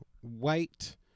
white